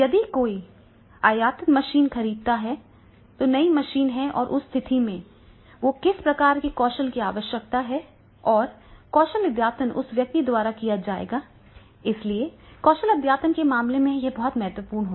यदि कोई आयातित मशीन खरीदता है तो नई मशीन है और उस स्थिति में तो किस प्रकार के कौशल की आवश्यकता है और कौशल अद्यतन उस व्यक्ति द्वारा किया जाएगा इसलिए कौशल अद्यतन के मामले में यह बहुत महत्वपूर्ण होगा